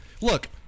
Look